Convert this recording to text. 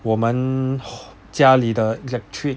我们 ho~ 家里的 electric